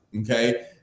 okay